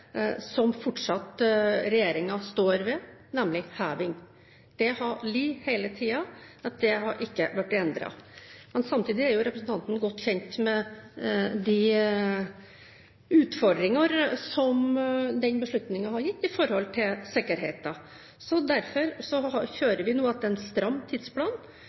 som regjeringen fortsatt står ved, nemlig heving. Det har ligget der hele tiden og har ikke blitt endret. Samtidig er jo representanten godt kjent med de utfordringene den beslutningen har gitt med tanke på sikkerheten. Derfor kjører vi nå etter en stram tidsplan.